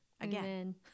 again